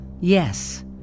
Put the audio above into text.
Yes